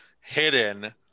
hidden